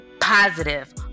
positive